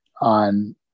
On